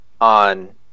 on